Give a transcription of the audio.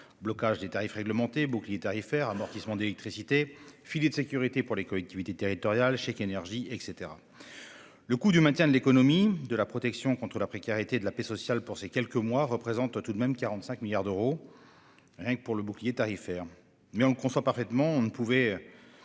blocage des tarifs réglementés, bouclier tarifaire, amortissement électricité, filet de sécurité pour les collectivités territoriales, chèque énergie, etc. Le coût du maintien de l'économie et de la protection contre la précarité et de la paix sociale pour ces quelques mois représente tout de même 45 milliards d'euros, rien que pour le bouclier tarifaire. Mais, on le conçoit parfaitement, on ne pouvait